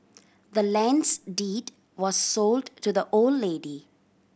the land's deed was sold to the old lady